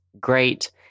great